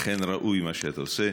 אכן, ראוי מה שאתה עושה.